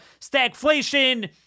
stagflation